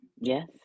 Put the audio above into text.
Yes